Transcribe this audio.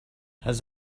has